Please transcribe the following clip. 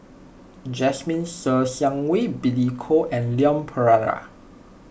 Jasmine Ser Xiang Wei Billy Koh and Leon Perera